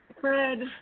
Fred